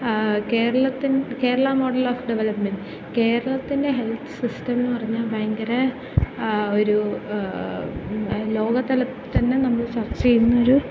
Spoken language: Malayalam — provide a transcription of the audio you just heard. കേരളത്തിൻ്റെ കേരള മോഡൽ ഓഫ് ഡെവലപ്മെൻറ് കേരളത്തിൻ്റെ ഹെൽത്ത് സിസ്റ്റം എന്നു പറഞ്ഞാൽ ഭയങ്കര ഒരു ലോക തലത്തിൽ തന്നെ നമ്മൾ ചർച്ച ചെയ്യുന്നൊരു